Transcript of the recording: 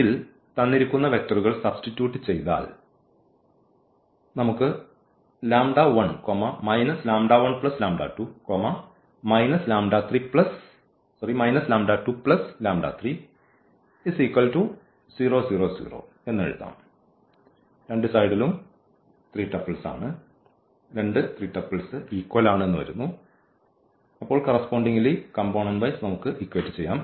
ഇതിൽ തന്നിരിക്കുന്ന വെക്ടറുകൾ സബ്സ്റ്റിറ്റ്യൂട്ട് ചെയ്താൽ എഴുതാം